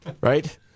right